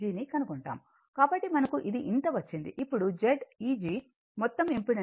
కాబట్టి మనకు ఇది ఇంత వచ్చింది ఇప్పుడు Zeg మొత్తం ఇంపెడెన్స్ Z ef Zfg ఇంత అవుతుంది